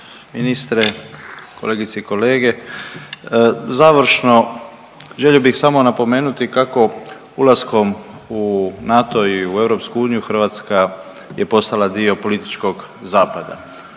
ministre, kolegice i kolege. Završno želio bih samo napomenuti kako ulaskom u NATO i u EU Hrvatska je postala dio političkog zapada,